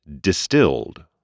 Distilled